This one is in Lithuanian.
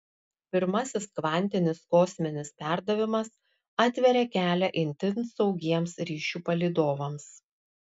pirmasis kvantinis kosminis perdavimas atveria kelią itin saugiems ryšių palydovams